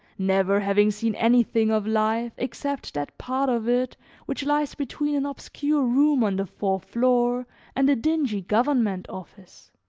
never having seen anything of life, except that part of it which lies between an obscure room on the fourth floor and a dingy government office